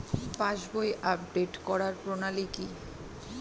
পাসবই update করার প্রণালী কি?